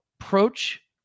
approach